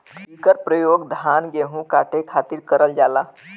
इकर परयोग धान गेहू काटे खातिर करल जाला